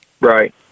right